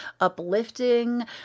uplifting